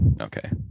okay